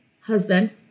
husband